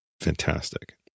fantastic